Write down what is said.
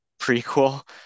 prequel